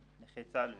לנכי צה"ל ול-PTSD.